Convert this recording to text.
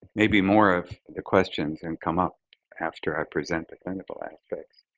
maybe more of the questions and come up after i present the clinical aspects,